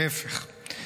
להפך.